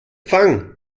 fang